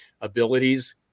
Abilities